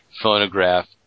phonograph